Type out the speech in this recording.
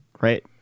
right